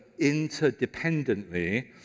interdependently